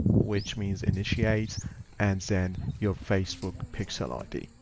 which means initiate and send your facebook pixel id,